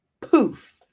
poof